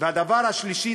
והדבר השלישי,